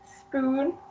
spoon